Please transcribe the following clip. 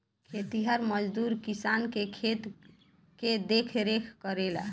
खेतिहर मजदूर किसान के खेत के देखरेख करेला